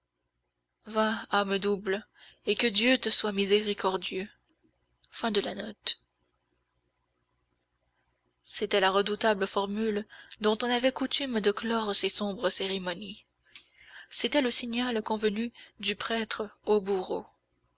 anima anceps et sit tibi deus misericors c'était la redoutable formule dont on avait coutume de clore ces sombres cérémonies c'était le signal convenu du prêtre au bourreau